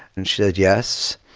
and she says yes.